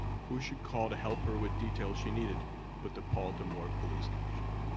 who should call to help her with details she needed but the baltimore police commissioner.